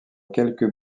quelques